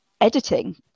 editing